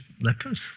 lepers